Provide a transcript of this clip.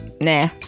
Nah